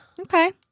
okay